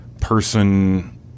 person